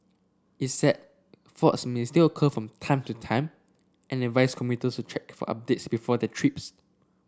it said faults may still occur from time to time and advised commuters to check for updates before their trips